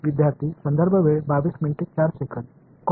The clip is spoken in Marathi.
विद्यार्थी कॉस